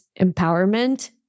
empowerment